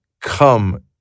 come